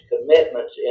commitments